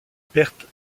pertes